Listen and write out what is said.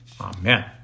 Amen